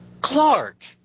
Clark